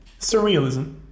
surrealism